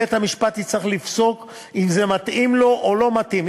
בית-המשפט יצטרך לפסוק אם זה מתאים לו או לא מתאים,